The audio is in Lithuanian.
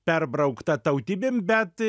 perbraukta tautybėm bet